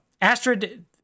Astrid